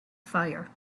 fire